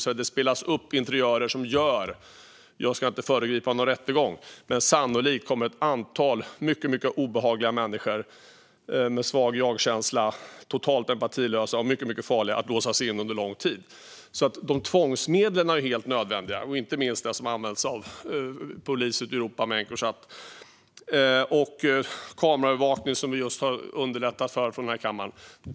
Jag ska inte föregripa någon rättegång, men sannolikt kommer ett antal mycket obehagliga människor med svag jagkänsla, totalt empatilösa och mycket farliga, att låsas in under lång tid. Dessa tvångsmedel är helt nödvändiga, inte minst de som använts av poliser ute i Europa beträffande Encrochat, liksom kameraövervakning, som vi just har underlättat för från den här kammaren.